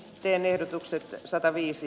teen ehdotuksen sataviisi